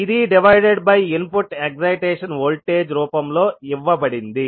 ఇది divided by input excitation voltage రూపములో ఇవ్వబడింది